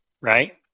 right